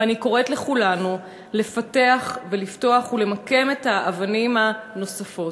ואני קוראת לכולנו לפתח ולפתוח ולמקם את האבנים הנוספות.